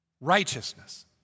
Righteousness